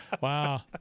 Wow